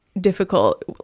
difficult